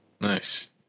Nice